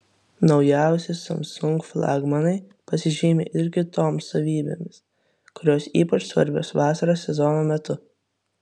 naujausi samsung flagmanai pasižymi ir kitoms savybėmis kurios ypač svarbios vasaros sezono metu